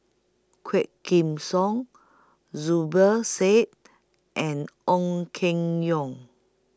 Quah Kim Song Zubir Said and Ong Keng Yong